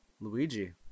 Luigi